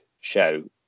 show